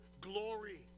glory